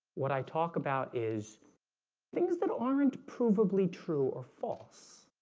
what i talk about is things that aren't provably true or false,